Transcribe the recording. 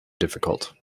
difficult